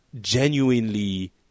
genuinely